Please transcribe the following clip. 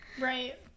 Right